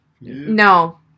No